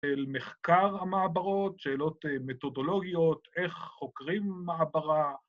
‫אל מחקר המעברות, ‫שאלות מתודולוגיות, ‫איך חוקרים מעברה.